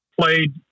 played